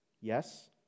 Yes